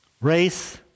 race